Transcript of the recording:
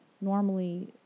normally